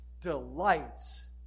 delights